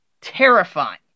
terrifying